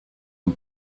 and